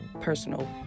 personal